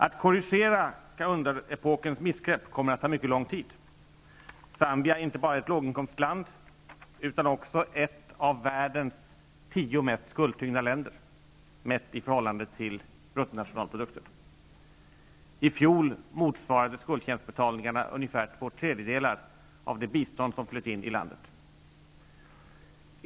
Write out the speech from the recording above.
Att korrigera Kaunda-epokens missgrepp kommer att ta mycket lång tid. Zambia är inte bara ett låginkomstland utan också ett av världens tio mest skuldtyngda länder mätt i förhållande till bruttonationalprodukten. I fjol motsvarade skuldtjänstbetalningarna ungefär två tredjedelar av det bistånd som flöt in i landet.